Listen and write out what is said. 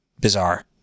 bizarre